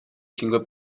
cinque